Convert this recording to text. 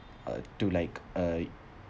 uh to like uh